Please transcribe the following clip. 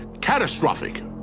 catastrophic